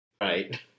Right